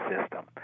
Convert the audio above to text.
system